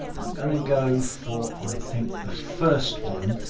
i'm going to go for, i think, the first one.